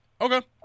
Okay